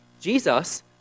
Jesus